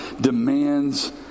demands